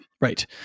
Right